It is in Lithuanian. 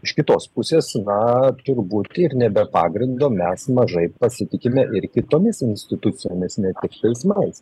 iš kitos pusės na turbūt ir ne be pagrindo mes mažai pasitikime ir kitomis institucijomis ne tik teismais